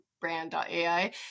brand.ai